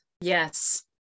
Yes